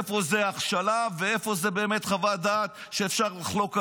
איפה זה הכשלה ואיפה זאת באמת חוות דעת שאפשר לחלוק עליה.